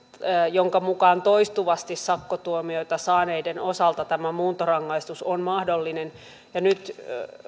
jonka mukaan toistuvasti sakkotuomioita saaneiden osalta tämä muuntorangaistus on mahdollinen ja nyt